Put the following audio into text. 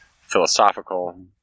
philosophical